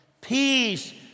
peace